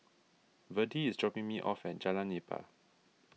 Virdie is dropping me off at Jalan Nipah